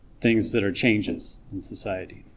things that are changes in society,